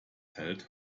hält